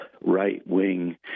right-wing